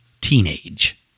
Teenage